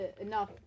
enough